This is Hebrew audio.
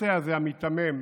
השה הזה, המיתמם,